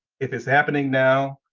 if it's happening now,